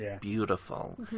beautiful